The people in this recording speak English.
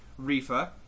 Rifa